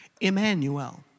Emmanuel